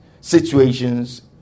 situations